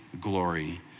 glory